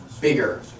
bigger